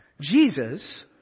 Jesus